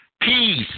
peace